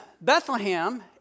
Bethlehem